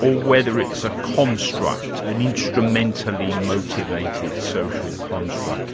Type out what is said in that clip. or whether it's a construct, an instrumentally motivated social construct.